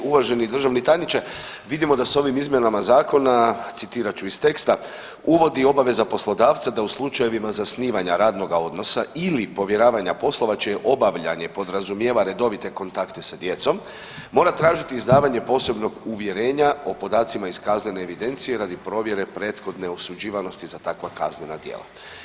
Uvaženi državni tajniče vidimo da se ovim izmjenama zakona, citirat ću iz teksta, uvodi obaveza poslodavca da u slučajevima zasnivanja radnoga odnosa ili povjeravanja poslova čije obavljanje podrazumijeva redovite kontakte sa djecom mora tražiti izdavanje posebnog uvjerenja o podacima iz kaznene evidencije radi provjere prethodne osuđivanosti za takva kaznena djela.